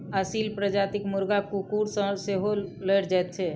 असील प्रजातिक मुर्गा कुकुर सॅ सेहो लड़ि जाइत छै